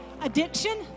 Addiction